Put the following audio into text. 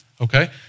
okay